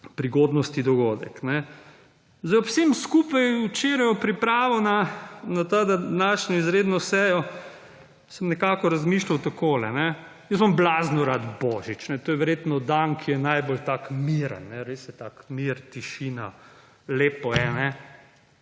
prigodnosti dogodek. Za ob vsem skupaj, včeraj ob pripravi na to današnjo izredno sejo, sem nekako razmišljal takole. Jaz imam blazno rad Božič. To je verjetno dan, ki je najbolj tak, miren. Res je tak mir, tišina, lepo je.